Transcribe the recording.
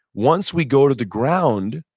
once we go to the ground,